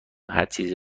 هرچیزی